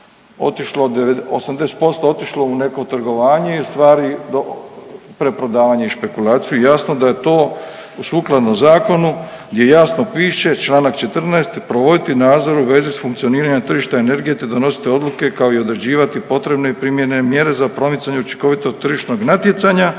80% otišlo u neko trgovanje i u stvari preprodavanje i špekulaciju i jasno da je to sukladno zakonu gdje jasno piše čl. 14. provoditi nadzor u vezi s funkcioniranjem tržišta energije, te odnositi odluke, kao i određivati potrebne i primjerene mjere za promicanje učinkovitog tržišnog natjecanja